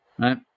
right